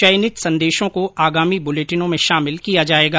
चयनित संदेशों को आगामी बुलेटिनों में शामिल किया जाएगा